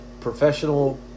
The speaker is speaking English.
professional